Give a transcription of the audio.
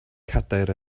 cadair